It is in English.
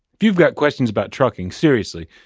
if you've got questions about trucking, seriously,